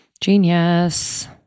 Genius